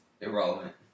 irrelevant